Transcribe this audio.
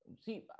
see